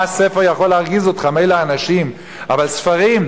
מה ספר יכול להרגיז אותך, מילא האנשים, אבל ספרים?